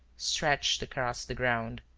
stretched across the ground.